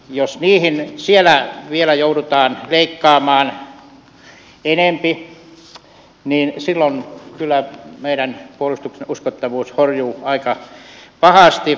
jos siellä vielä joudutaan leikkaamaan enempi niin silloin kyllä meidän puolustuksemme uskottavuus horjuu aika pahasti